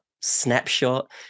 snapshot